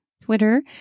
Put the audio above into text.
Twitter